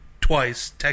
twice